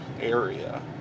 area